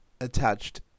attached